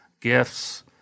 gifts